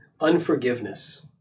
unforgiveness